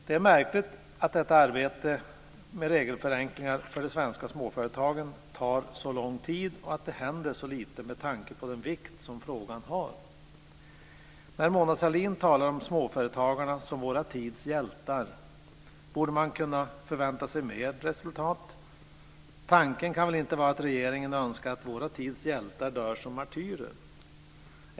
Det är märkligt att detta arbete med regelförenklingar för de svenska småföretagen tar så lång tid och att det händer så lite med tanke på den vikt som frågan har. När Mona Sahlin talar om småföretagarna som vår tids hjältar borde man kunna förvänta sig mer resultat. Tanken kan väl inte vara att regeringen önskar att vår tids hjältar dör som martyrer.